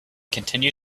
continue